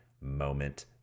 moment